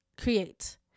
create